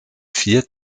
vier